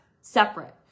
separate